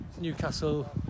Newcastle